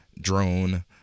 drone